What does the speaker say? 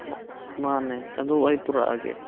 ꯃꯥꯅꯦ ꯑꯗꯨ ꯑꯩ ꯄꯨꯔꯛꯑꯒꯦ